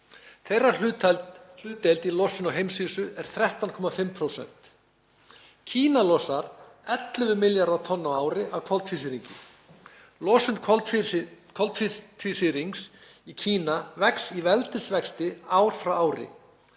Þeirra hlutdeild í losun á heimsvísu er 13,5%. Kína losar 11 milljarða tonna á ári af koltvísýringi. Losun koltvísýrings í Kína vex í veldisvexti ár frá ári